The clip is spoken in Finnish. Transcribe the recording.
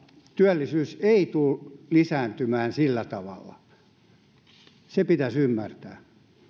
työllisyys ei tule lisääntymään sillä tavalla se pitäisi ymmärtää